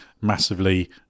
massively